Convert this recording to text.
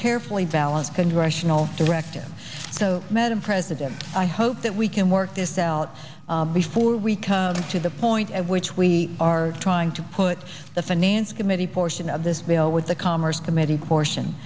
carefully balanced congressional directive so madam president i hope that we can work this out before we come to the point at which we are trying to put the finance committee portion of this bill with the commerce committee